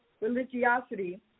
religiosity